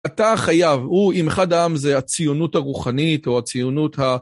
אתה חייב, הוא אם אחד העם זה הציונות הרוחנית או הציונות ה...